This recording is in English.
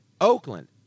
Oakland